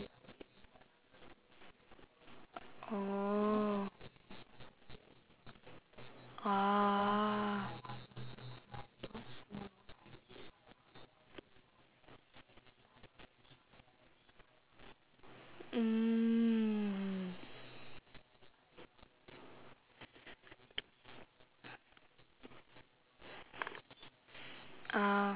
oh ah mm ah